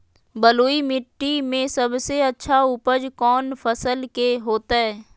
बलुई मिट्टी में सबसे अच्छा उपज कौन फसल के होतय?